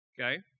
okay